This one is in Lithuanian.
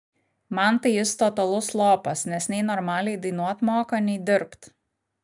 man tai jis totalus lopas nes nei normaliai dainuot moka nei dirbt